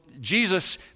Jesus